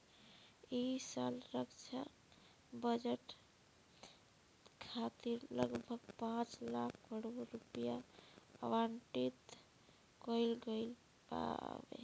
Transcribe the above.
ऐ साल रक्षा बजट खातिर लगभग पाँच लाख करोड़ रुपिया आवंटित कईल गईल बावे